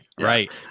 right